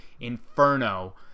inferno